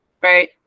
right